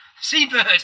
seabird